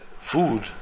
food